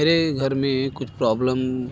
मेरे घर में कुछ प्रौब्लम